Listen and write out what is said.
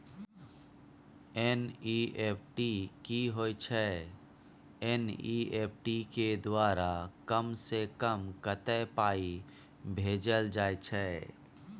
NEFT की होय छै एन.ई.एफ.टी के द्वारा कम से कम कत्ते पाई भेजल जाय छै?